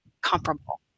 comparable